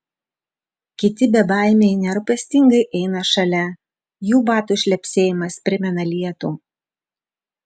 kiti bebaimiai nerūpestingai eina šalia jų batų šlepsėjimas primena lietų